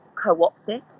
Co-opted